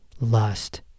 lust